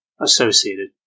associated